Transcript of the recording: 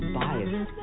biased